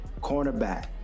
cornerback